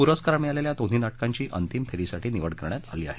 पुरस्कार मिळालेल्या दोन्ही नाक्रांची अंतिम फेरीसाठी निवड करण्यात आली आहे